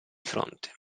fronte